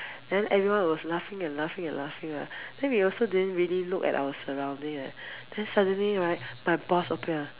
then everyone was laughing and laughing and laughing lah then we also didn't really look at our surroundings ah then suddenly right my boss appear